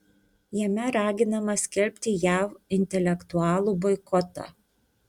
jame raginama skelbti jav intelektualų boikotą